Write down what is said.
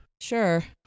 Sure